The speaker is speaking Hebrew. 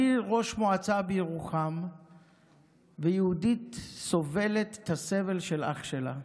אני ראש מועצה בירוחם ויהודית סובלת את הסבל של האח שלה,